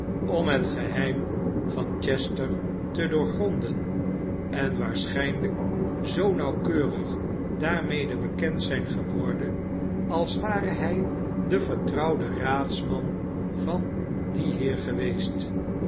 om het geheim van chesefwi d or g ronde en waarschijnlijk zoo nauwkeurig daarmede bekend zijn geworden als ware hij de vertrouwde raldsman van dien heer geweest